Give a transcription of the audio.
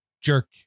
jerk